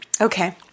Okay